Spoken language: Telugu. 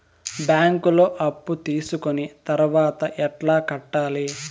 బ్యాంకులో అప్పు తీసుకొని తర్వాత ఎట్లా కట్టాలి?